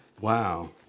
Wow